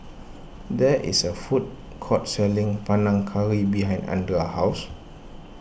there is a food court selling Panang Curry behind andra's house